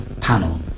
panel